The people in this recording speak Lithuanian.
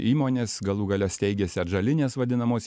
įmones galų gale steigiasi atžalinės vadinamos